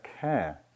care